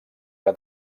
que